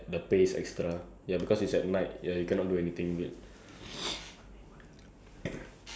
I think there's because it's supposed to be at night so there's no such thing as night shift or something lah or night